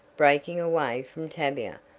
breaking away from tavia.